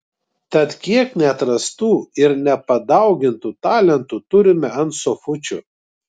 tad kiek neatrastų ir nepadaugintų talentų turime ant sofučių